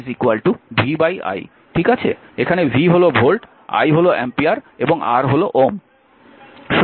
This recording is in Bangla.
এখানে v হল ভোল্ট i হল অ্যাম্পিয়ার এবং R হল Ω